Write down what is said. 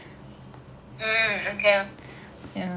mm okay nice